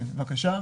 השקף הבא